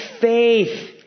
faith